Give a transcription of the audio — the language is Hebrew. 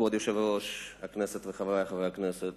כבוד יושב-ראש הכנסת וחברי חברי הכנסת,